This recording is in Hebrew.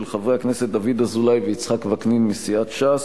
חברי הכנסת דוד אזולאי ויצחק וקנין מסיעת ש"ס: